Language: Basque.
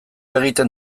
egiten